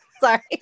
Sorry